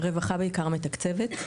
רווחה בעיקר מתקצבת.